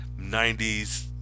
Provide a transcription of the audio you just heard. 90s